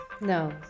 no